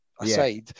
aside